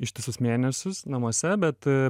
ištisus mėnesius namuose bet